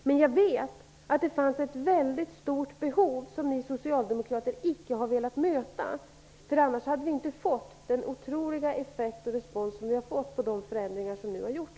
Men jag vet att det fanns ett mycket stort behov som ni socialdemokrater icke har velat möta. I annat fall hade vi inte fått den oerhörda respons som vi erhållit på de förändringar som vi har gjort.